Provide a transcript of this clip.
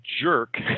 jerk